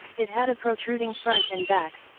it had a protruding front and back,